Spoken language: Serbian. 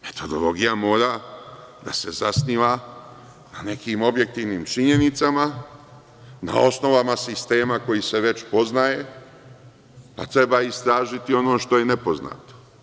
Metodologija mora da se zasniva na nekim objektivnim činjenicama, na osnovama sistema koji se već poznaje, a treba istražiti ono što je nepoznato.